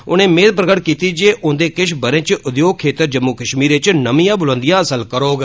उनें मेद प्रगट कीती जे औंदे किश ब'रे इच उद्योग खेतर जम्मू कश्मीर इच नमियां बुलंदियां हासिल करोग